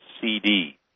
CD